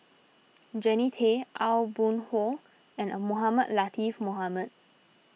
Jannie Tay Aw Boon Haw and Mohamed Latiff Mohamed